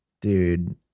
Dude